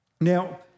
Now